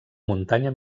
muntanya